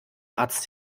arzt